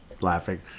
laughing